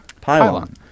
Pylon